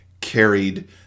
carried